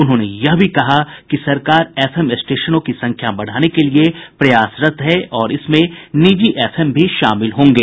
उन्होंने यह भी कहा कि सरकार एफएम स्टेशनों की संख्या बढ़ाने के लिए प्रयासरत है और इसमें निजी एफएम भी शामिल होंगे